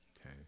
okay